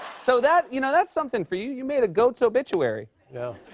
so that you know, that's something for you. you made a goat's obituary. yeah.